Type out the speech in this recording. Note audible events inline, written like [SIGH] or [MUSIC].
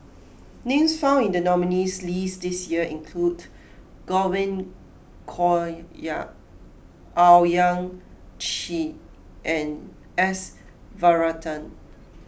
names found in the nominees' list this year include Godwin Koay [UNINTELLIGIBLE] Owyang Chi and S Varathan